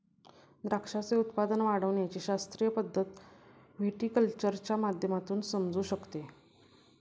द्राक्षाचे उत्पादन वाढविण्याची शास्त्रीय पद्धत व्हिटीकल्चरच्या माध्यमातून समजू शकते